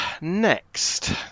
next